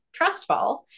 Trustfall